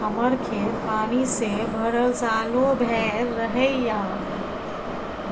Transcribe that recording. हमर खेत पानी से भरल सालो भैर रहैया,